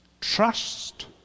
trust